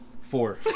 Four